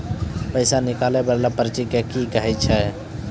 पैसा निकाले वाला पर्ची के की कहै छै?